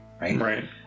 right